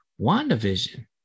WandaVision